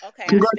Okay